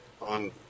on